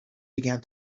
began